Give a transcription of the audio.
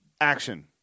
action